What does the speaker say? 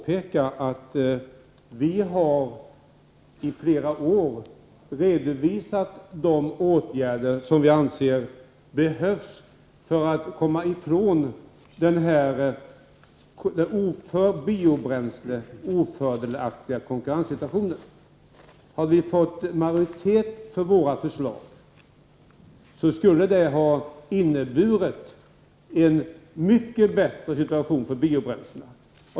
Herr talman! Jag vill för Hadar Cars påpeka att vi i flera år har redovisat de åtgärder som vi anser behövs för att komma ifrån den för biobränsle ofördelaktiga konkurrenssituationen. Om vi hade fått majoritet för våra förslag, skulle det ha inneburit en mycket bättre situation för biobränslena.